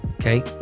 Okay